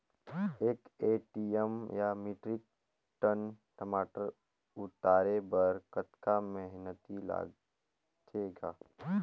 एक एम.टी या metric ton टमाटर उतारे बर कतका मेहनती लगथे ग?